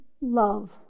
love